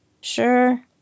Sure